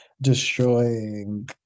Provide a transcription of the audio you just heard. destroying